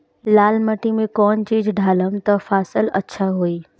लाल माटी मे कौन चिज ढालाम त फासल अच्छा होई?